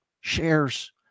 shares